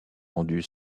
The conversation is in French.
rendu